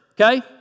okay